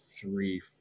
three